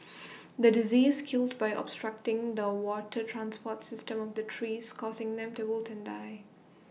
the disease killed by obstructing the water transport system of the trees causing them to wilt and die